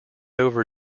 over